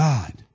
God